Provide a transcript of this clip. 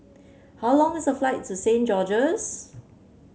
how long is the flight to Saint George's